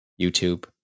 YouTube